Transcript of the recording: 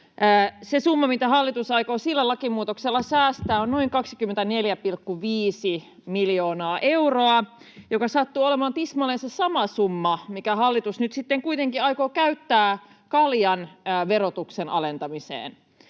se summa, mitä hallitus aikoo sillä lakimuutoksella säästää, on noin 24,5 miljoonaa euroa, joka sattuu olemaan tismalleen se sama summa, minkä hallitus nyt sitten kuitenkin aikoo käyttää kaljan verotuksen alentamiseen.